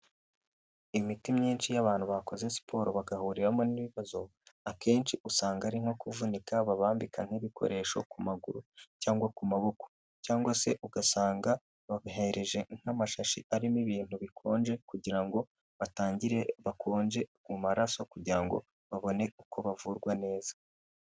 Iimiti myinshi y'abantu bakoze siporo bagahuriramo n'ibibazo, akenshi usanga ari nko kuvunika babambika nk'ibikoresho ku maguru cyangwa ku maboko, cyangwa se ugasanga babihereje nk'amashashi arimo ibintu bikonje kugira ngo batangire bakonje mu maraso kugira ngo babone uko bavurwa neza.